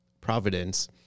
Providence